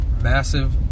massive